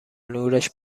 نورش